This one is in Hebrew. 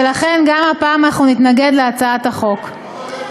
ולכן גם הפעם אנחנו נתנגד להצבעת החוק.